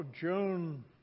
June